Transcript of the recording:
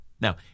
Now